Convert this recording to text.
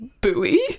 buoy